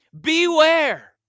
beware